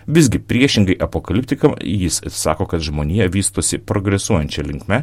visgi priešingai apokaliptikam jis sako kad žmonija vystosi progresuojančia linkme